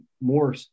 more